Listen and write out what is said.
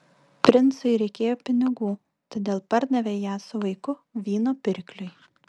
princui reikėjo pinigų todėl pardavė ją su vaiku vyno pirkliui